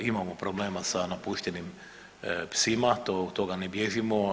Imamo problema sa napuštenim psima, od toga ne bježimo.